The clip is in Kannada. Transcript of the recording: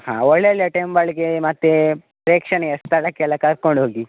ಹಾಂ ಒಳ್ಳೊಳ್ಳೆಯ ಟೆಂಬಳ್ಗೆ ಮತ್ತು ಪ್ರೇಕ್ಷಣೀಯ ಸ್ಥಳಕ್ಕೆ ಎಲ್ಲ ಕರ್ಕೊಂಡು ಹೋಗಿ